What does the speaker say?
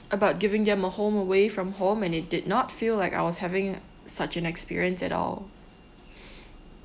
about giving them a home away from home and it did not feel like I was having such an experience at all